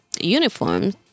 uniforms